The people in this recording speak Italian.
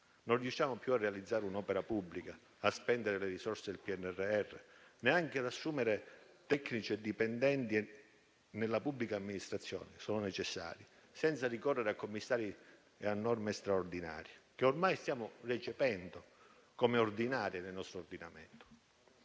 non riusciamo più a realizzare un'opera pubblica; non riusciamo a spendere le risorse del PNRR; non riusciamo neanche ad assumere tecnici e dipendenti nella pubblica amministrazione - e sono necessari - senza ricorrere a commissari e a norme straordinarie, che ormai stiamo recependo come ordinarie nel nostro ordinamento.